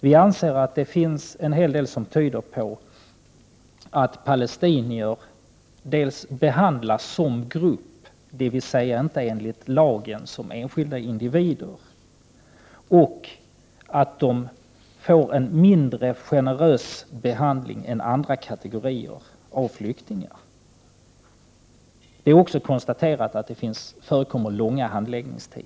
Vi anser att en hel del tyder på att palestinier dels behandlas som grupp, dvs. inte lagenligt såsom enskilda individer, dels får en mindre generös behandling än andra kategorier flyktingar. Långa handläggningstider har också konstaterats.